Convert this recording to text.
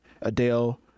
Adele